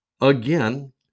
Again